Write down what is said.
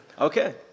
okay